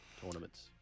tournaments